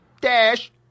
Dash